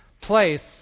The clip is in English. place